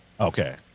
Okay